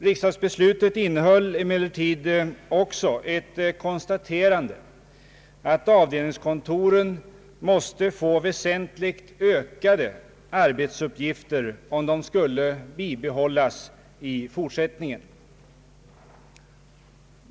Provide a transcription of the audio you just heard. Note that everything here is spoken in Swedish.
Riksdagsbeslutet innehöll emellertid också ett konstaterande att avdelningskontoren måste få väsentligt ökade arbetsuppgifter om de skulle bibehållas i fortsättningen.